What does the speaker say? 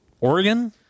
Oregon